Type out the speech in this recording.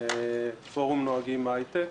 מפורום נוהגים היי-טק.